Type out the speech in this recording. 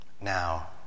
Now